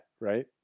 right